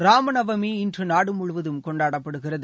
ராம நவமி இன்று நாடு முழுவதும் கொண்டாடப்படுகிறது